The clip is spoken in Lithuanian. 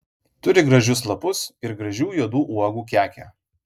turi gražius lapus ir gražių juodų uogų kekę